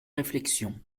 réflexion